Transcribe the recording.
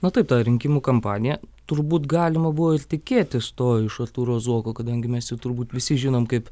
na taip ta rinkimų kampanija turbūt galima buvo ir tikėtis to iš artūro zuoko kadangi mes jau turbūt visi žinom kaip